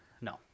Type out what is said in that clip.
No